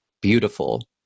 beautiful